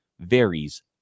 varies